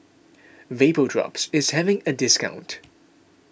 Vapodrops is having a discount